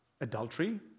adultery